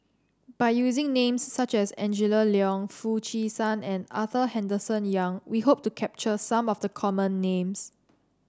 by using names such as Angela Liong Foo Chee San and Arthur Henderson Young we hope to capture some of the common names